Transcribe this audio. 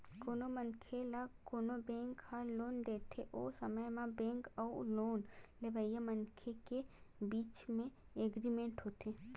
कोनो मनखे ल कोनो बेंक ह लोन देथे ओ समे म बेंक अउ लोन लेवइया मनखे के बीच म एग्रीमेंट होथे